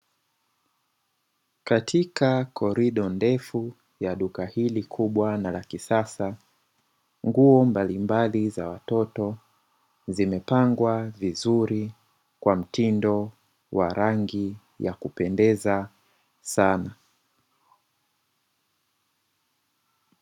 Katika korido ndefu ya duka hili kubwa na la kisasa, nguo mbalimbali za watoto zimepangwa vizuri kwa mtindo wa rangi ya kupendeza sana.